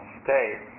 state